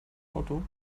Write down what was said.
auto